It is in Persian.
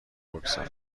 بگذار